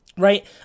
right